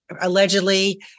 allegedly